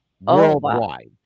worldwide